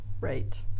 Right